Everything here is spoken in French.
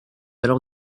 alors